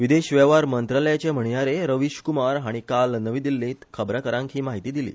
विदेश वेव्हार मंत्रालयाचे म्हणयारे रविश कुमार हाणी काल नवी दिल्लीत खबराकारांक हि म्हायती दिली